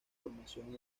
formación